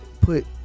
put